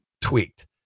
tweaked